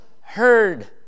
heard